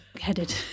headed